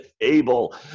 able